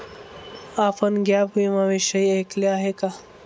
आपण गॅप विम्याविषयी ऐकले आहे का?